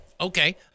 Okay